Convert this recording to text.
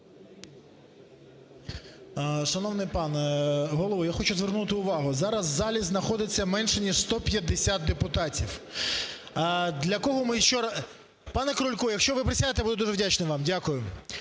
Шановний пане Голово, я хочу звернути увагу, зараз в залі знаходиться менше ніж 150 депутатів. Для кого ми… Пане Крулько, якщо ви присядете, буду дуже вдячний вам. Дякую.